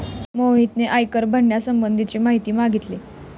मोहितने आयकर भरण्यासंबंधीची माहिती मागितली